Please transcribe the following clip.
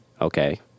okay